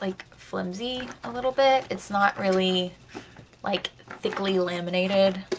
like flimsy a little bit. it's not really like thickly laminated.